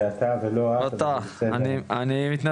זה אתה ולא את --- אני מתנצל.